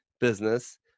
business